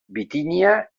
bitínia